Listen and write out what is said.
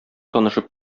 танышып